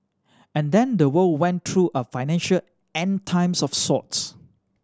and then the world went through a financial End Times of sorts